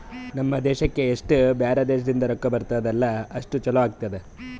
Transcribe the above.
ನಮ್ ದೇಶಕ್ಕೆ ಎಸ್ಟ್ ಬ್ಯಾರೆ ದೇಶದಿಂದ್ ರೊಕ್ಕಾ ಬರ್ತುದ್ ಅಲ್ಲಾ ಅಷ್ಟು ಛಲೋ ಆತ್ತುದ್